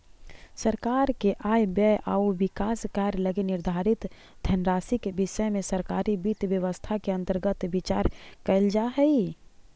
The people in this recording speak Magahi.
सरकार के आय व्यय आउ विकास कार्य लगी निर्धारित धनराशि के विषय में सरकारी वित्त व्यवस्था के अंतर्गत विचार कैल जा हइ